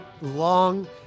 long